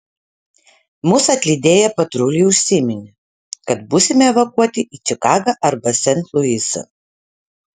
mus atlydėję patruliai užsiminė kad būsime evakuoti į čikagą arba sent luisą